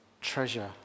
treasure